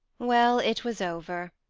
well, it was over,